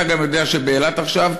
אתה גם יודע שבאילת עכשיו,